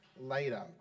later